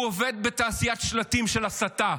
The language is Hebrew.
הוא עובד בתעשיית שלטים של הסתה.